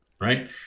right